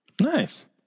Nice